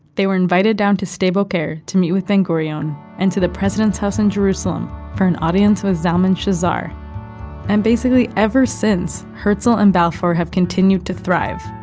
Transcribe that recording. they were invited down to sde boker, to meet with ben-gurion, and to the president's house in jerusalem, for an audience with zalman shazar and basically ever since, herzel and balfour have continued to thrive.